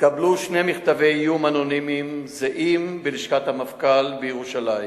התקבלו שני מכתבי איום אנונימיים זהים בלשכת המפכ"ל בירושלים